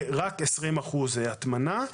ל-20% הטמנה,